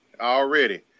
Already